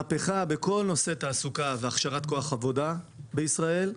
מהפכה בכל נושא התעסוקה והכשרת כוח עבודה בישראל.